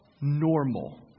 normal